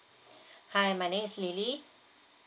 hi my name is lily